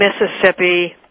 Mississippi